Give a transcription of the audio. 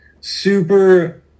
super